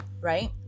right